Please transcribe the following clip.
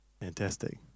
Fantastic